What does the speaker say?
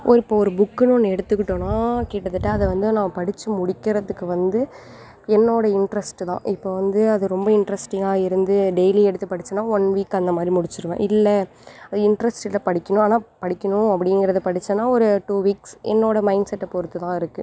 ஒரு இப்போ ஒரு புக்குன்னு எடுத்துக்கிட்டோன்னா கிட்டத்தட்ட அதை வந்து நான் படிச்சு முடிகிறதுக்கு வந்து என்னோட இன்ட்ரெஸ்ட் தான் இப்போ வந்து அது ரொம்ப இன்ட்ரெஸ்டிங்காக இருந்து டெய்லி எடுத்து படிச்சன்னா ஒன் வீக் அந்த மாதிரி முடிச்சிவிடுவேன் இல்லை அது இன்ட்ரெஸ்ட் இல்லை படிக்கணும் ஆனால் படிக்கணும் அப்படிங்குறது படிச்சன்னா ஒரு டூ வீக்ஸ் என்னோட மைண்ட் செட்டை பொறுத்து தான் இருக்கு